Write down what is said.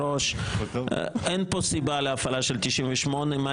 אין כאן סיבה להפעלה של 98. לפני שאנחנו נ מצביעים,